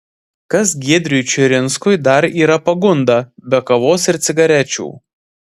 kas giedriui čiurinskui dar yra pagunda be kavos ir cigarečių